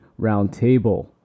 Roundtable